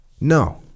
No